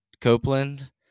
Copeland